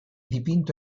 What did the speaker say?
dipinto